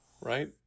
right